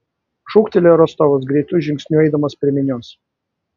šūktelėjo rostovas greitu žingsniu eidamas prie minios